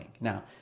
Now